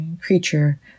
creature